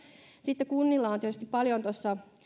kunnilla on tietysti paljon